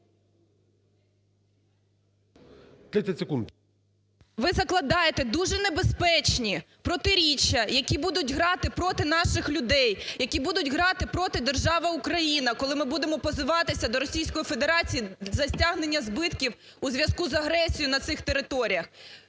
Ви закладаєте дуже небезпечні протиріччя, які будуть грати проти наших людей, які будуть грати проти держави України, коли ми будемо позиватися до Російської Федерації за стягнення збитків у зв'язку з агресією на цих територіях.